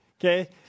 Okay